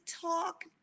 talk